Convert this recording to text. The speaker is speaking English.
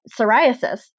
psoriasis